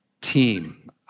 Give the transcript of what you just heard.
team